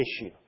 issue